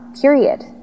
period